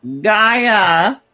Gaia